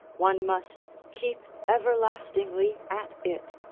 one must keep everlastingly at it.